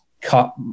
cut